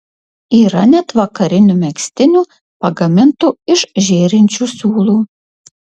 yra net vakarinių megztinių pagamintų iš žėrinčių siūlų